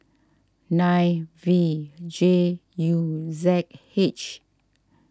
nine V J U Z H